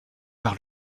par